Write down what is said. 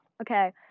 okay